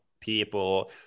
people